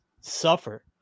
suffer